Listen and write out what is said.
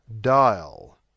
Dial